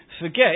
forget